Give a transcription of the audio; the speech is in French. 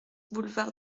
boulevard